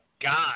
God